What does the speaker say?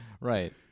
Right